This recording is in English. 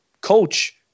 coach